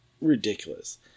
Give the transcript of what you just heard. ridiculous